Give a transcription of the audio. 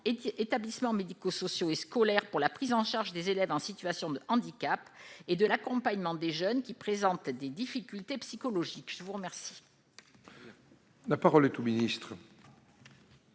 établissements médicosociaux et scolaires pour la prise en charge des élèves en situation de handicap et de l'accompagnement des jeunes qui présentent des difficultés psychologiques. La parole est à M. le ministre.